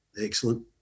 Excellent